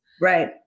Right